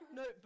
no